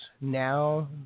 now